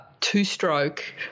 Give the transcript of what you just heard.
two-stroke